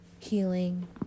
Healing